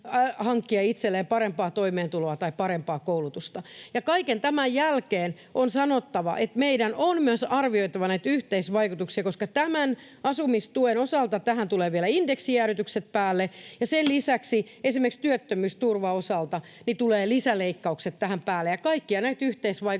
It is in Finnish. itselleen parempaa toimeentuloa tai parempaa koulutusta? Ja kaiken tämän jälkeen on sanottava, että meidän on myös arvioitava näitä yhteisvaikutuksia, koska tämän asumistuen osalta tähän tulevat vielä indeksijäädytykset päälle, ja sen lisäksi esimerkiksi työttömyysturvan osalta tulevat lisäleikkaukset tähän päälle. Ja kaikkia näitä yhteisvaikutuksia,